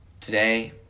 today